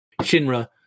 Shinra